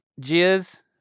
Jizz